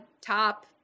top